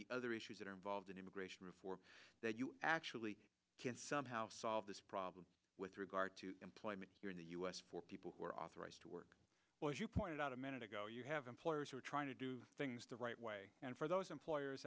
the other issues that are involved in immigration reform that you actually can somehow solve this problem with regard to employment here in the u s for people who are authorized to work as you pointed out a minute ago you have employers who are trying to do things the right way and for those employers